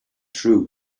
true